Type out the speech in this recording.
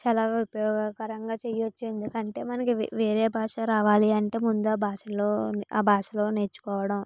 చాలా ఉపయోగకరంగా చేయచ్చు ఎందుకంటే మనకి వేరే భాష రావాలి అంటే ముందు ఆ భాషలో ఆ భాషలో నేర్చుకోవడం